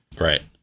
Right